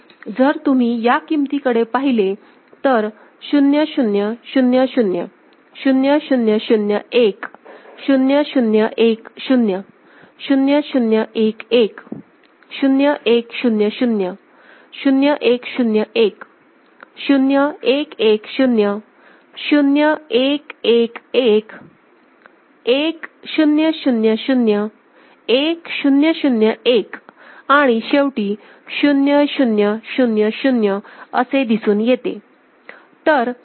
आता जर तुम्ही या किमती कडे पाहिले तर 0 0 0 0 0 0 0 1 0 0 1 0 0 0 1 1 0 1 0 0 0 1 0 1 0 1 1 0 0 1 1 1 1 0 0 0 1 0 0 1 आणि शेवटी 0 0 0 0 असे दिसून येते